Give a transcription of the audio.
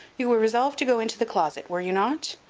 you were resolved to go into the closet, were you not?